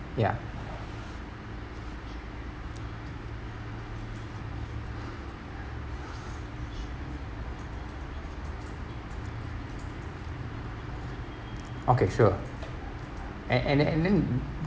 ya okay sure and and and then